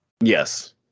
Yes